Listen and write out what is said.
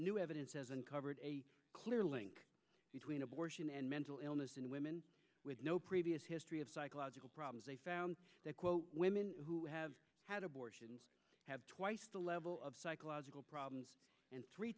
new evidence as uncovered a clear link between abortion and mental illness in women with no previous history of psychological problems they found that women who have had abortions have twice the level of psychological problems three